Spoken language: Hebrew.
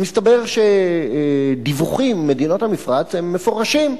ומסתבר שדיווחים ממדינות המפרץ הם מפורשים.